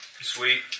Sweet